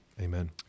amen